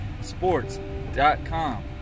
sports.com